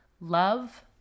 Love